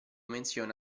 menziona